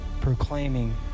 proclaiming